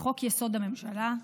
לחוק-יסוד: הממשלה,